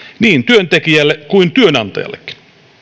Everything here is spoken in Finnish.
niin työntekijälle kuin työnantajallekin